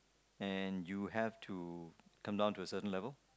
and you have to tone down to a certain level